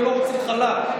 הם לא רוצים חל"ת,